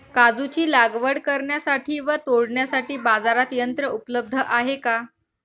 काजूची लागवड करण्यासाठी व तोडण्यासाठी बाजारात यंत्र उपलब्ध आहे का?